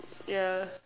yeah